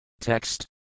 Text